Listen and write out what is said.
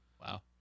Wow